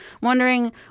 wondering